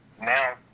now